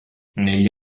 negli